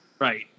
Right